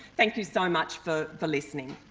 thank you so much for for listening.